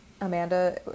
Amanda